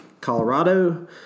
Colorado